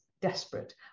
desperate